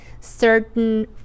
certain